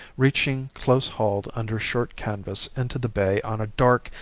reaching close-hauled under short canvas into the bay on a dark,